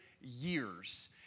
years